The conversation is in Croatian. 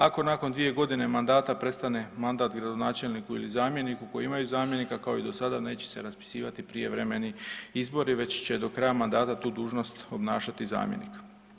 Ako nakon dvije godine mandata prestane mandat gradonačelniku ili zamjeniku koji imaju zamjenika kao i do sada neće se raspisivati prijevremeni izbori već će do kraja mandata tu dužnost obnašati zamjenik.